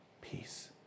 peace